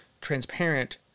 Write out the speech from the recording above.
transparent